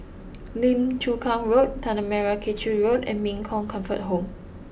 Lim Chu Kang Road Tanah Merah Kechil Road and Min Chong Comfort Home